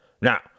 Now